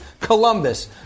Columbus